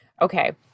okay